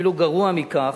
אפילו גרוע מכך,